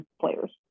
players